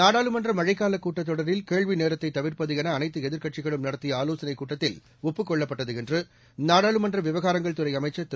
நாடாளுமன்ற மழைக்கால கூட்டத் தொடரில் கேள்விநேரத்தை தவிர்ப்பது என அனைத்து எதிர்க்கட்சிகளுடன் நடத்திய ஆலோசனைக் கூட்டத்தில் ஒப்புக் கொள்ளப்பட்டது என்று நாடாளுமன்ற விவகாரங்கள்துறை அமைச்சர் திரு